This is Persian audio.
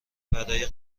برای